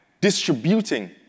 distributing